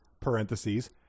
parentheses